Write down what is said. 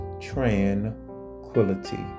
tranquility